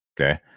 Okay